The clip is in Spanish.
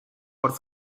por